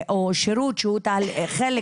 שירות שהוא חלק